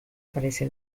parece